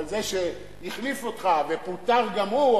אבל זה שהחליף אותך ופוטר גם הוא,